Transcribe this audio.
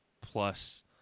plus